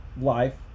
life